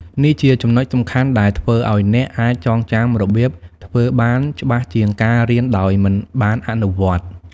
នេះជាចំណុចសំខាន់ដែលធ្វើឲ្យអ្នកអាចចងចាំរបៀបធ្វើបានច្បាស់ជាងការរៀនដោយមិនបានអនុវត្ត ។